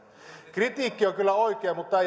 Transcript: kritiikki on kyllä oikeaa mutta